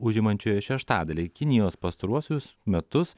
užimančioje šeštadalį kinijos pastaruosius metus